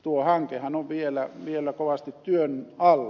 tuo hankehan on vielä kovasti työn alla